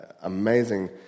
amazing